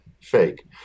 fake